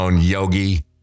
Yogi